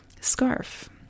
scarf